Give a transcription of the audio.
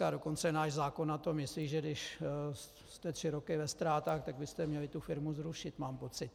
A dokonce náš zákon na to myslí, že když jste tři roky ve ztrátách, že byste měli tu firmu zrušit, mám pocit.